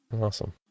Awesome